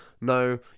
no